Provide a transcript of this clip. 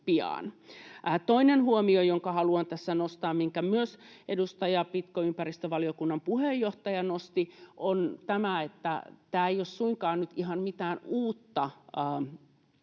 Toinen huomio, jonka haluan tässä nostaa, minkä nosti myös edustaja Pitko, ympäristövaliokunnan puheenjohtaja, on tämä, että tämä ei ole suinkaan ihan mitään uutta säädöstä,